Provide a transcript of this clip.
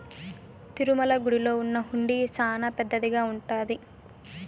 తిరుమల గుడిలో ఉన్న హుండీ చానా పెద్దదిగా ఉంటాది